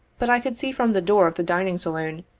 but i could see from the door of the dining saloon,